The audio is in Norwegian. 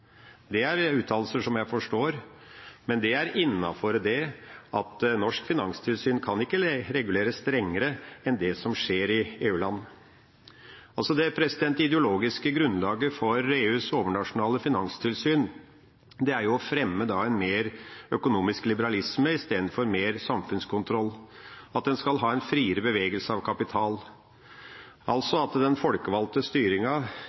Det er uttalelser som jeg forstår, men det ligger innenfor det at norsk finanstilsyn ikke kan regulere strengere enn det som skjer i EU-land. Det ideologiske grunnlaget for EUs overnasjonale finanstilsyn er jo å fremme mer økonomisk liberalisme i stedet for mer samfunnskontroll. En skal ha en friere bevegelse av kapital. Den folkevalgte styringa